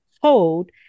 hold